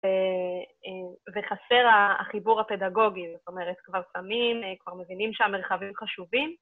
וחסר החיבור הפדגוגי, זאת אומרת, כבר שמים, כבר מבינים שהמרחבים חשובים.